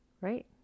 right